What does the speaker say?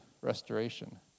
restoration